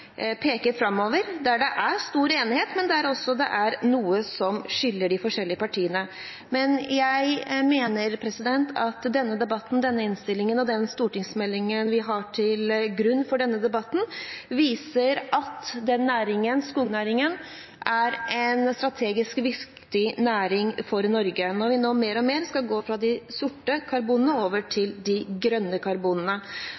peker framover, og der det er stor enighet, men også noe som skiller de forskjellige partiene. Jeg mener at denne debatten, i tillegg til innstillingen og stortingsmeldingen som ligger til grunn for debatten, viser at skognæringen er en strategisk viktig næring for Norge når vi nå mer og mer skal gå fra de sorte karbonene over